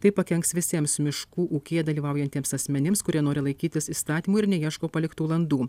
tai pakenks visiems miškų ūkyje dalyvaujantiems asmenims kurie nori laikytis įstatymų ir neieško paliktų landų